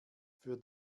für